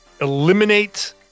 eliminate